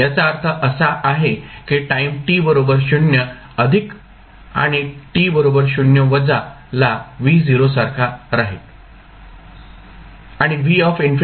याचा अर्थ असा आहे की टाईम t बरोबर 0 अधिक आणि t बरोबर 0 वजा ला V0 सारखा राहील